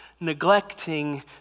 neglecting